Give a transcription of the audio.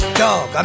dog